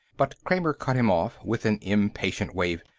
but kramer cut him off with an impatient wave.